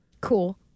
Cool